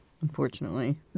Unfortunately